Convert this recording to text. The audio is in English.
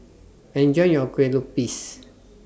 Enjoy your Kue Lupis